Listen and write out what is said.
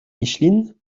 micheline